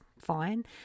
fine